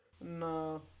No